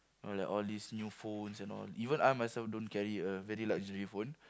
all that all this new phones and all even I myself don't carry a very luxury phone